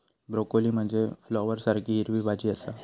broccoli म्हनजे फ्लॉवरसारखी हिरवी भाजी आसा